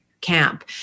camp